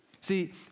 See